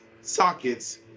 sockets